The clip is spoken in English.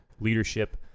leadership